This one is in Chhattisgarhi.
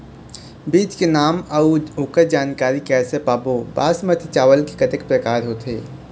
बीज के नाम अऊ ओकर जानकारी कैसे पाबो बासमती चावल के कतेक प्रकार होथे?